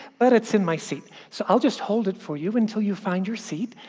but it's in my seat. so, i'll just hold it for you until you find your seat,